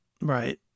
Right